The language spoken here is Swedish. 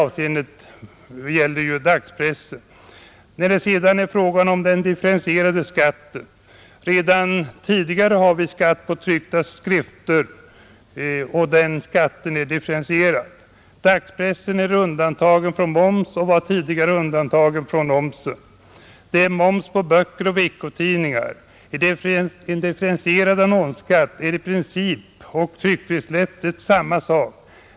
Vad beträffar den differentierade skatten vill jag nämna att vi redan tidigare har skatt på tryckta skrifter, och den skatten är differentierad. Dagspressen är undantagen från moms och var tidigare undantagen från oms. Däremot är det moms på böcker och veckotidningar. En differentierad annonsskatt är i princip och tryckfrihetsrättsligt samma sak.